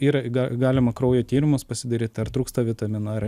yra ga galima kraujo tyrimus pasidaryt ar trūksta vitamino ar